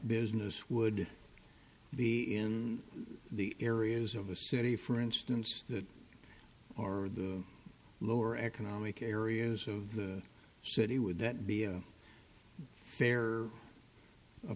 business would be in the areas of the city for instance that or the lower economic areas of the city would that be a fair